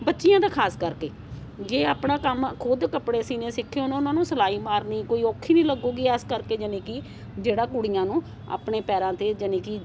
ਬੱਚੀਆਂ ਦਾ ਖਾਸ ਕਰਕੇ ਜੇ ਆਪਣਾ ਕੰਮ ਖੁਦ ਕੱਪੜੇ ਸੀਨੇ ਸਿੱਖੇ ਹੋਣ ਉਹਨਾਂ ਨੂੰ ਸਿਲਾਈ ਮਾਰਨੀ ਕੋਈ ਔਖੀ ਨਹੀਂ ਲੱਗੇਗੀ ਇਸ ਕਰਕੇ ਯਾਨੀ ਕਿ ਜਿਹੜਾ ਕੁੜੀਆਂ ਨੂੰ ਆਪਣੇ ਪੈਰਾਂ 'ਤੇ ਯਾਨੀ ਕਿ